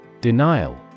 Denial